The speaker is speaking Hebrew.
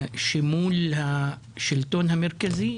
שמול השלטון המרכזי